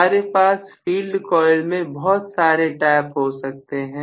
हमारे पास field coil में बहुत सारे टैप हो सकते हैं